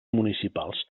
municipals